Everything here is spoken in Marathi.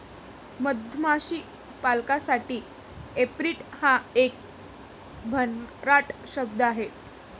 मधमाशी पालकासाठी ऍपेरिट हा एक भन्नाट शब्द आहे